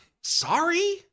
Sorry